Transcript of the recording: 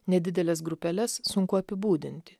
nedideles grupeles sunku apibūdinti